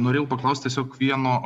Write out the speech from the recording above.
norėjau paklaust tiesiog vieno